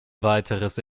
weiteres